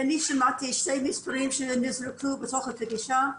אני שמעתי שני מספרים שנזרקו בתוך הפגישה.